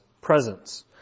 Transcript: presence